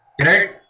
Right